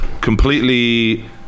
completely